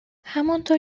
همانطور